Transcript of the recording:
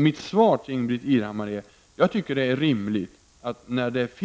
Mitt svar till Ingbritt Irhammar är att jag tycker att det är rimligt att resurserna